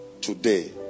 Today